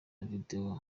video